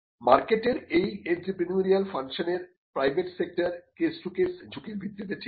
মার্কেটের এই এন্ত্রেপ্রেনিউরিয়াল ফাংশনের private sector case to case ঝুঁকির ভিত্তিতে ঠিক করে